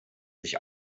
sich